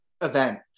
event